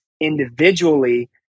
individually